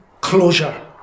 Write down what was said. closure